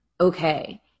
okay